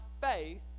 faith